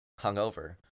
Hungover